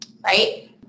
right